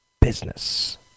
business